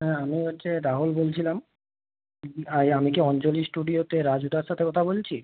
হ্যাঁ আমি হচ্ছে রাহুল বলছিলাম ইয়ে আমি কি অঞ্জলি স্টুডিওতে রাজুদার সাথে কথা বলছি